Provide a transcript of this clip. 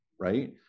right